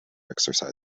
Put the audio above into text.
exercise